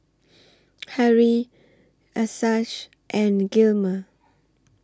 Harrie Achsah and Gilmer